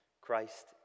Christ